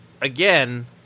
again